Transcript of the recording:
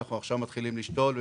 אנחנו עכשיו מתחילים לשתול.